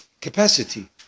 capacity